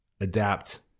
adapt